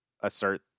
assert